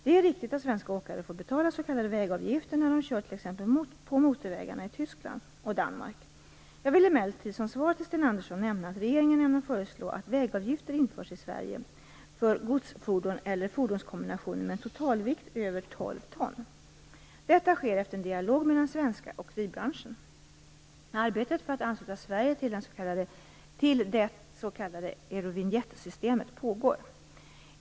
Det är riktigt att svenska åkare får betala s.k. vägavgifter när de kör t.ex. på motorvägarna i Tyskland och i Danmark. Jag vill emellertid som svar till Sten Andersson nämna att regeringen ämnar föreslå att vägavgifter införs i Sverige för godsfordon eller fordonskombinationer med en totalvikt över 12 ton. Detta sker efter en dialog med den svenska åkeribranschen. Arbetet för att ansluta Sverige till det s.k. eurovinjettsystemet pågår.